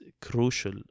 crucial